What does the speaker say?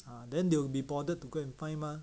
ah then they will be bothered to go and find mah